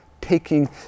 taking